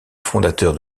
fondateur